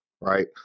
right